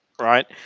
right